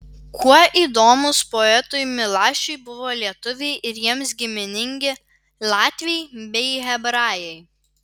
kuo įdomūs poetui milašiui buvo lietuviai ir jiems giminingi latviai bei hebrajai